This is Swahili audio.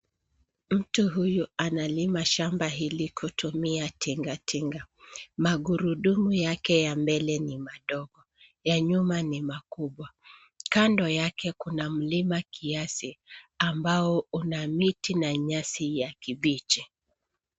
Mtu huyu analima shamba hili kutumia tingatinga . Magurudumu yake ya mbele ni madogo na ya nyuma ni makubwa. Kando yake kuna mlima kiasi ambao una miti na nyasi ya kibichi.